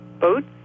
boats